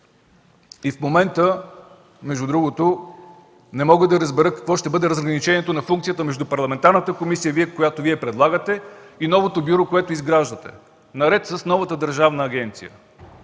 В момента не мога да разбера какво ще бъде разграничението на функциите между парламентарната комисия, която Вие предлагате и новото бюро, което изграждате, наред с новата държавна агенция.